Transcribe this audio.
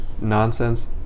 nonsense